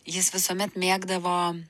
jis visuomet mėgdavo